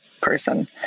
person